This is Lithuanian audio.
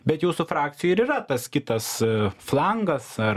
bet jūsų frakcijoj ir yra tas kitas flangas ar